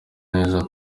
neza